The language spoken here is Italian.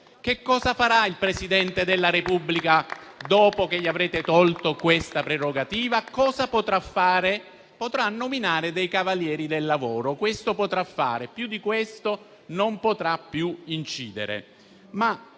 Che cosa farà il Presidente della Repubblica dopo che gli avrete tolto questa prerogativa? Cosa potrà fare? Potrà nominare dei cavalieri del lavoro, ma, oltre a ciò, non potrà più incidere.